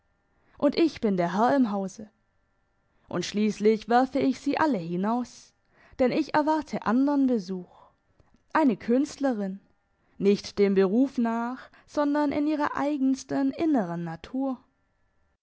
und ich bin der herr im hause und schliesslich werfe ich sie alle hinaus denn ich erwarte andern besuch eine künstlerin nicht dem beruf nach sondern in ihrer eigensten inneren natur